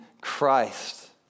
Christ